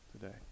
today